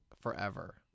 forever